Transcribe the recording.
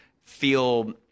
feel